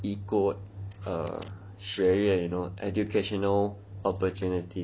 equal err 学业的 educational opportunities